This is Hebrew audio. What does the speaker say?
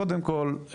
קודם כל,